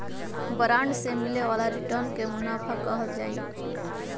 bond से मिले वाला रिटर्न के मुनाफा कहल जाहई